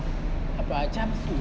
apa ah jumpsuit